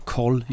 Call